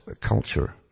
culture